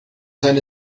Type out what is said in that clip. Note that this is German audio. seine